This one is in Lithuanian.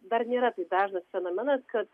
dar nėra taip dažnas fenomenas kad